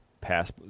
pass